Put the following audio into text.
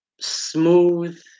smooth